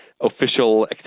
Official